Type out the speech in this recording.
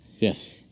Yes